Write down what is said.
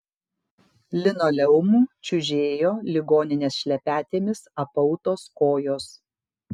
linoleumu čiužėjo ligoninės šlepetėmis apautos kojos